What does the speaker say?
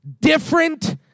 different